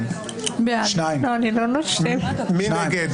מי נגד?